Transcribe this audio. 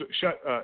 shut